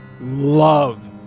love